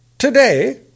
Today